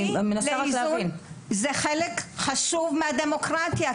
זה חלק חשוב מהדמוקרטיה,